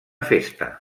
festa